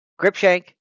Gripshank